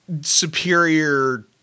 superior